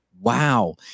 Wow